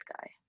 guy